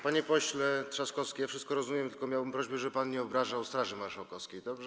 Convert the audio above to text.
Panie pośle Trzaskowski, wszystko rozumiem, tylko miałbym prośbę, żeby pan nie obrażał Straży Marszałkowskiej, dobrze?